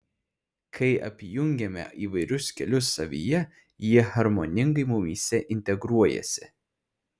kai apjungiame įvairius kelius savyje jie harmoningai mumyse integruojasi